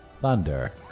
Thunder